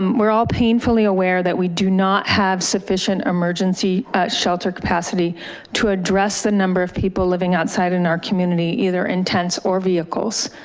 um we're all painfully aware that we do not have sufficient emergency shelter capacity to address the number of people living outside in our community, either intense or vehicles.